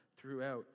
throughout